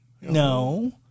no